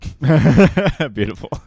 Beautiful